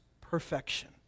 perfection